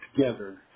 together